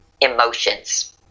emotions